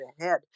ahead